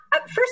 first